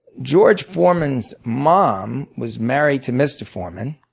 george foreman's mom was married to mr. foreman,